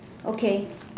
okay